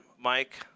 Mike